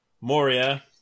Moria